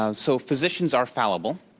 um so, physicians are fallible.